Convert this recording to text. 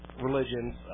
religions